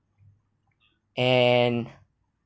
and